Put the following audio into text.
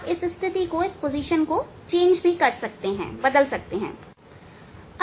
आप इस स्थिति को बदल सकते हैं